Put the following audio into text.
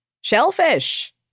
shellfish